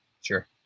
sure